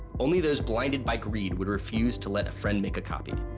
only those blinded by greed would refuse to let a friend make a copy.